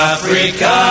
Africa